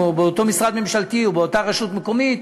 ובאותה רשות מקומית,